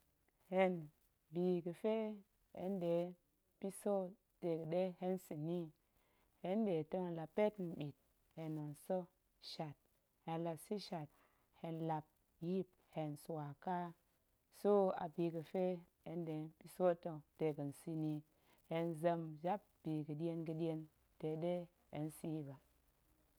Hen bi ga̱fe hen nɗe piso dega̱ ɗe hen sa̱ ni yi, hen nɗe tong hen la pet mɓit, hen tong sa̱ shat, hen la sa̱ shat, hen lap yip hen swa ƙa, so a bi ga̱fe hen ɗe piso ta̱ dega̱n sa̱ ni yi, hen zem jabbi ga̱ɗien ga̱ɗien de ɗe hen sa̱ yi ba.